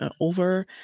over